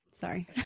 Sorry